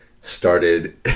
started